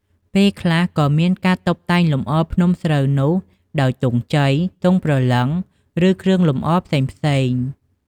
ពេលខ្លះក៏មានការតុបតែងលម្អភ្នំស្រូវនោះដោយទង់ជ័យ ទង់ព្រលឹង ឬគ្រឿងលម្អផ្សេងៗ។